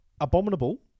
Abominable